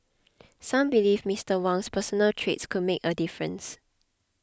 some believe Mister Wang's personal traits could make a difference